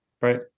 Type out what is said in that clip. Right